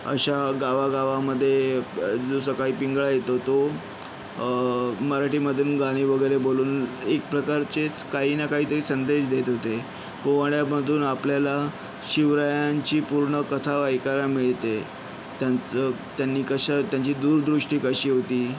अशा गावागावांमध्ये जो सकाळी पिंगळा येतो तो मराठीमधून गाणी वगैरे बोलून एकप्रकारचेच काही ना काहीतरी संदेश देत होते पोवाड्यामधून आपल्याला शिवरायांची पूर्ण कथा ऐकायला मिळते त्यांचं त्यांनी कशा त्यांची दूरदृष्टी कशी होती